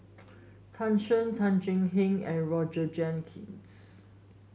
Tan Shen Tan Thuan Heng and Roger Jenkins